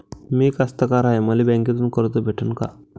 मी कास्तकार हाय, मले बँकेतून कर्ज भेटन का?